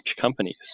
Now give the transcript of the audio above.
companies